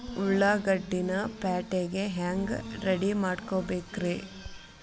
ಉಳ್ಳಾಗಡ್ಡಿನ ಪ್ಯಾಟಿಗೆ ಹ್ಯಾಂಗ ರೆಡಿಮಾಡಬೇಕ್ರೇ?